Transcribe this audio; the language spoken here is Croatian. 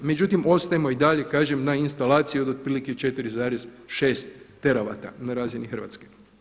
Međutim, ostajemo i dalje kažem na instalaciji od otprilike 4,6 teravata na razini Hrvatske.